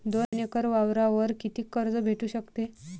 दोन एकर वावरावर कितीक कर्ज भेटू शकते?